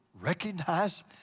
recognize